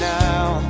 now